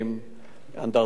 אנדרטת הבקעה.